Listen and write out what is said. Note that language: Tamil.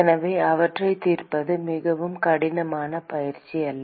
எனவே அவற்றைத் தீர்ப்பது மிகவும் கடினமான பயிற்சி அல்ல